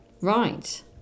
Right